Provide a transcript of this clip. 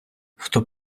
хто